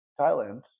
Thailand